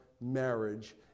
marriage